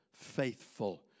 faithful